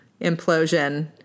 implosion